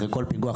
אחרי כל פיגוע,